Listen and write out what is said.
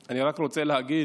אני רק רוצה להגיד